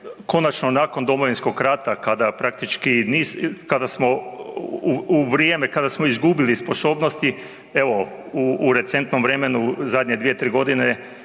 konačno nakon Domovinskog rata kada praktički niz, kada smo, u vrijeme kada smo izgubili sposobnosti, evo u recentnom vremenu zadnje dvije-tri godine,